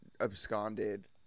absconded